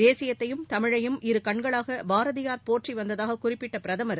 தேசியத்தையும் தமிழையும் இரு கண்களாக பாரதியார் போற்றி வந்ததாக குறிப்பிட்ட பிரதமர்